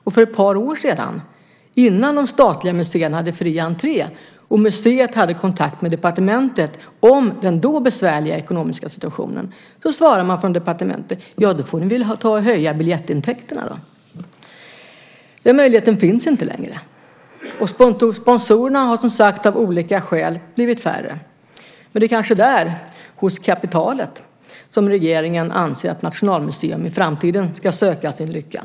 Och för ett par år sedan, innan de statliga museerna hade fri entré, när museet hade kontakt med departementet om den då besvärliga ekonomiska situationen svarade man från departementet: Då får ni väl ta och höja biljettintäkterna. Den möjligheten finns inte längre och sponsorerna har, som sagt, av olika skäl blivit färre, för det är kanske där, hos kapitalet, som regeringen anser att Nationalmuseum i framtiden ska söka sin lycka.